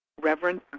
Reverend